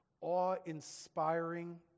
awe-inspiring